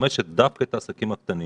שמשמשת דווקא את העסקים הקטנים,